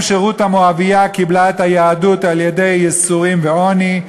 שרות המואבייה קיבלה את היהדות על-ידי ייסורים ועוני,